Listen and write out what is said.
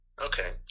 okay